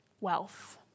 wealth